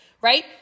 right